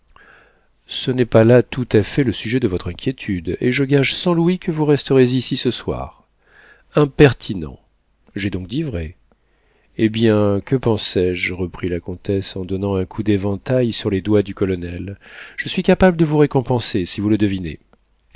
ce n'est pas là tout à fait le sujet de votre inquiétude et je gage cent louis que vous resterez ici ce soir impertinent j'ai donc dit vrai eh bien que pensé je reprit la comtesse en donnant un coup d'éventail sur les doigts du colonel je suis capable de vous récompenser si vous le devinez